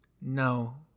No